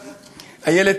איילת,